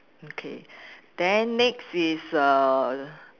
okay then next is err